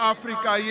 Africa